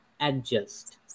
adjust